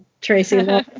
Tracy